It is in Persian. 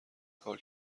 کار